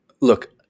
look